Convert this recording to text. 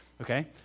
Okay